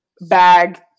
Bag